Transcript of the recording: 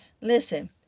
Listen